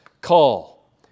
call